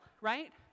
right